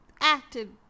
acted